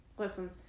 Listen